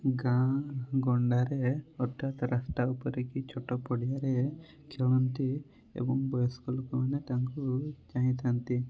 ଗାଁ ଗଣ୍ଡାରେ ଅର୍ଥାତ୍ ରାସ୍ତା ଉପରେ କି ଛୋଟ ପଡ଼ିଆରେ ଖେଳନ୍ତି ଏବଂ ବୟସ୍କ ଲୋକମାନେ ତାଙ୍କୁ ଚାହିଁଥାନ୍ତି